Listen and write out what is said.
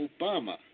Obama